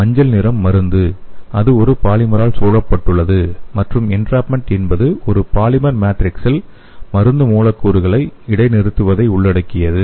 மஞ்சள் நிறம் மருந்து அது ஒரு பாலிமரால் சூழப்பட்டுள்ளது மற்றும் என்ட்ராப்மென்ட் என்பது ஒரு பாலிமர் மேட்ரிக்ஸில் மருந்து மூலக்கூறுகளை இடைநிறுத்துவதை உள்ளடக்கியது